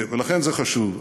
לכן זה חשוב.